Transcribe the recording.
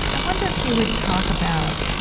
i wonder if you would talk about,